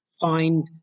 find